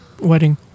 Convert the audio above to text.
wedding